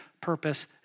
purpose